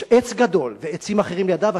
יש עץ גדול ועצים אחרים לידו,